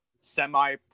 semi